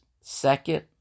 second